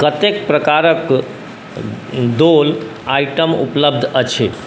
कतेक प्रकारक दोल आइटम उपलब्ध अछि